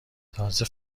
تازه